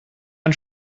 ein